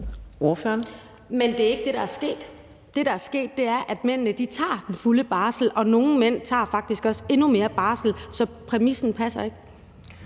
Men det er ikke det, der er sket. Det, der er sket, er, at mændene tager den fulde barsel, og nogle mænd tager faktisk også endnu mere barsel. Så præmissen passer ikke.